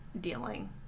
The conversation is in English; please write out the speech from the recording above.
dealing